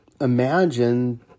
imagine